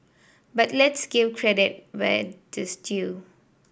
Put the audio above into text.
but let's give credit where it is due